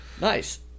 Nice